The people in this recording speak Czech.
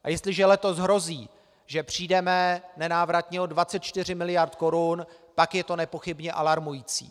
A jestliže letos hrozí, že přijdeme nenávratně o 24 miliard korun, pak je to nepochybně alarmující.